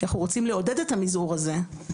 אנחנו רוצים לעודד את המזעור הזה.